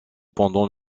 pendant